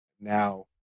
now